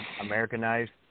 Americanized